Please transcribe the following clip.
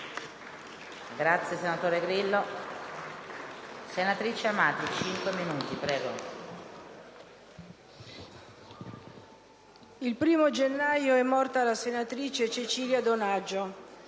il 1° gennaio è morta la senatrice Cecilia Donaggio,